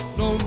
no